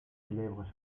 célèbre